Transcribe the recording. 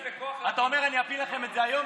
אתה אומר: אני אפיל לכם את זה היום,